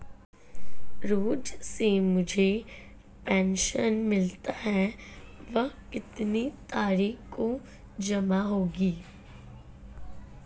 रोज़ से जो मुझे पेंशन मिलती है वह कितनी तारीख को जमा होगी?